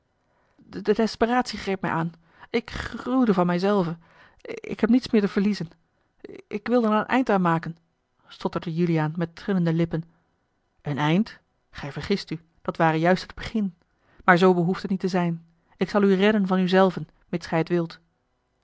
gaat de desperacie greep mij aan ik gruwde van mij zelven ik heb niets meer te verliezen ik wilde er een eind aan maken stotterde juliaan met trillende lippen een eind gij vergist u dat ware juist het begin maar zoo behoeft het niet te zijn ik zal u redden van u zelven mits gij het wilt